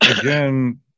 again